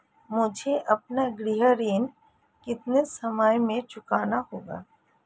मुझे अपना गृह ऋण कितने समय में चुकाना होगा?